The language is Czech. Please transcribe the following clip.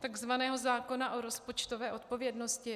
takzvaného zákona o rozpočtové odpovědnosti.